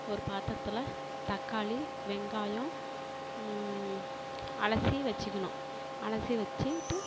ஒரு பாத்தரத்தில் தக்காளி வெங்காயம் அலசி வச்சிக்கணும் அலசி வச்சிக்கிட்டு